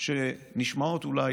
שנשמעות אולי